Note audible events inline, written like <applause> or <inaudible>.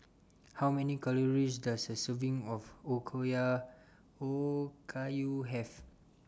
How Many Calories Does A Serving of <unintelligible> Okayu Have